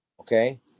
Okay